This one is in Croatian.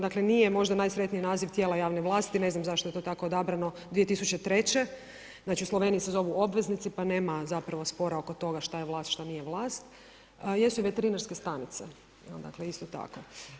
Dakle nije možda najsretniji naziv tijela javne vlasti, ne znam zašto je to tako odabrano 2003., znači u Sloveniji se zovu obveznici pa nema spora oko toga šta je vlast, šta nije vlast a jesu i veterinarske stanice, dakle isto tako.